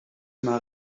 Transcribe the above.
maar